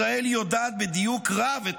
ישראל יודעת בדיוק רב את,